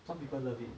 some people love it